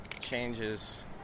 changes